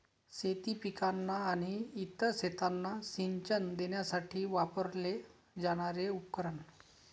शेती पिकांना आणि इतर शेतांना सिंचन देण्यासाठी वापरले जाणारे उपकरण